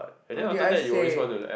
what did I say